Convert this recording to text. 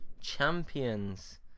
champions